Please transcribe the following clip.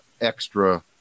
extra